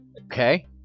Okay